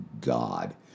God